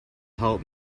help